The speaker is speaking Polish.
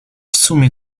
sumie